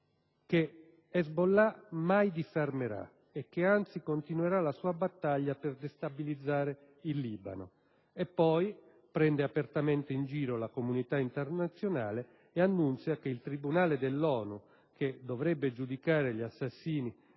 che Hezbollah mai disarmerà e che anzi continuerà la sua battaglia per destabilizzare il Libano. Poi prende apertamente in giro la comunità internazionale e annunzia che il tribunale dell'ONU che dovrebbe giudicare gli assassini